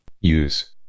Use